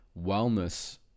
wellness